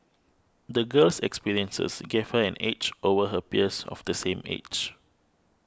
the girl's experiences gave her an edge over her peers of the same age